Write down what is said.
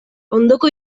ondoko